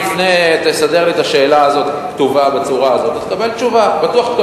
תסדר לי את השאלה הזאת כתובה בצורה הזאת ותקבל תשובה.